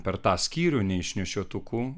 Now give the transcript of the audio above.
per tą skyrių neišnešiotukų